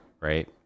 right